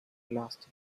lasted